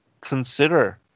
consider